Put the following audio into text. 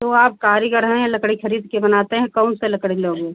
तो आप कारीगर हैं लकड़ी ख़रीदकर बनाते हैं कौन से लकड़ी लोगे